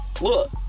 Look